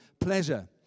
pleasure